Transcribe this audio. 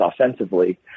offensively